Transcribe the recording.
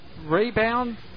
Rebound